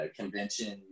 convention